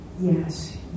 yes